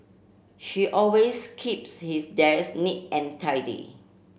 she always keeps his desk neat and tidy